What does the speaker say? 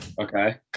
okay